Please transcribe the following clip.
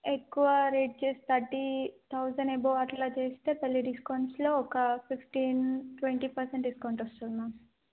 ఎక్కువ రేట్ చేసి thirty thousand above అట్లా చేస్తే పెళ్లి డిస్కౌంట్స్లో ఒక ఫిఫ్టీన్ ట్వంటీ పర్సెంట్ డిస్కౌంట్ వస్తుది మ్యామ్